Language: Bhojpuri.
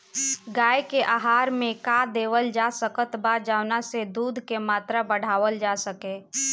गाय के आहार मे का देवल जा सकत बा जवन से दूध के मात्रा बढ़ावल जा सके?